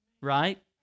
right